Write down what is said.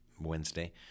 Wednesday